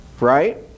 right